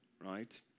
Right